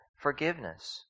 forgiveness